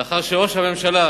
לאחר שראש הממשלה